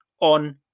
on